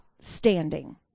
standing